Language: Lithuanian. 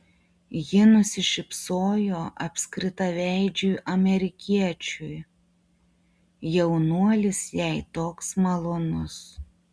ji nusišypsojo apskritaveidžiui amerikiečiui jaunuolis jai toks malonus